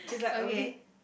okay